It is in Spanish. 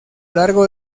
largo